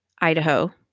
Idaho